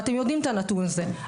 ואתם יודעים את הנתון הזה,